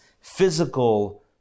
physical